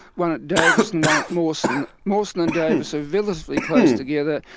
one at davis and one at mawson. mawson and davis are relatively close together,